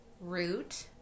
root